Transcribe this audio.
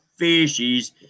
fishies